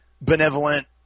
benevolent